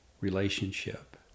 relationship